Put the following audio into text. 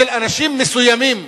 של אנשים מסוימים,